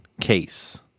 case